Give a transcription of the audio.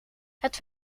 het